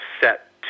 set